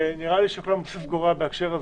ונראה לי שכל המוסיף גורע בהקשר הזה.